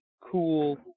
cool –